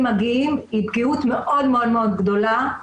מגיעים היא פגיעות מאוד מאוד גדולה,